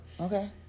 okay